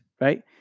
right